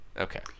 Okay